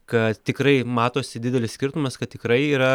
kad tikrai matosi didelis skirtumas kad tikrai yra